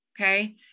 Okay